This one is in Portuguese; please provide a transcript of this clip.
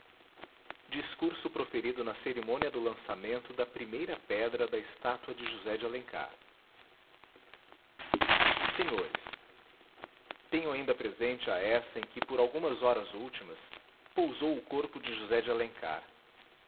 discurso proferido na cerimônia do lançamento da primeira pedra da estátua de josé de alencar senhores tenho ainda presente a essa em que por algumas horas últimas pousou o corpo de josé de alencar